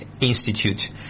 Institute